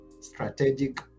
strategic